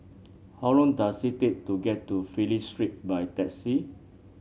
how long does it take to get to Phillip Street by taxi